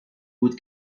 بود